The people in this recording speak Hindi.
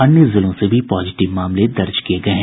अन्य जिलों से भी पॉजिटिव मामले दर्ज किये गये हैं